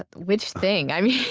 but which thing? i mean.